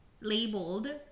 labeled